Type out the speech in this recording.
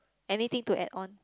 anything to add on